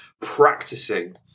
practicing